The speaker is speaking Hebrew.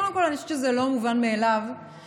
קודם כול אני חושבת שזה לא מובן מאליו שעולים